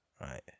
Right